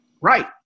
Right